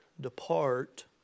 depart